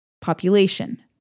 population